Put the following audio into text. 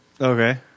Okay